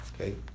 okay